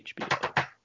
HBO